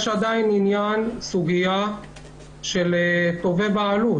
יש עדיין סוגיה של בעלות.